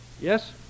Yes